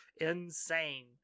insane